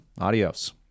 Adios